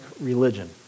religion